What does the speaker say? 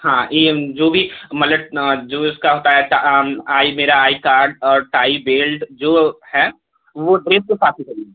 हाँ ई एम जो भी मलट जो उसका पैट आई मेरा आई कार्ड और टाई बेल्ट जो है वो ड्रेस के साथ ही खरीदनी